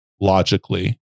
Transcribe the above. logically